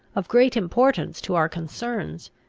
of great importance to our concerns,